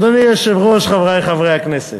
אדוני היושב-ראש, חברי חברי הכנסת,